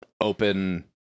Open